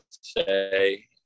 say